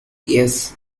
yes